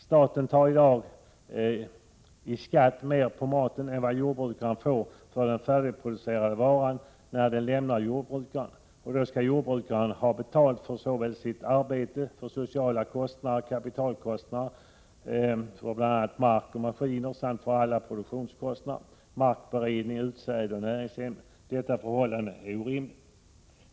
Staten tar i dag mer i skatt på maten än vad jordbrukarna får för den färdigproducerade varan, när den lämnar jordbrukaren. Jordbrukaren skall då ha betalt för sitt arbete, för sociala kostnader, för kapitalkostnader för bl.a. mark och maskiner samt för alla övriga produktionskostnader, för markberedning, utsäde, näringsämnen m.m. Detta förhållande är orimligt.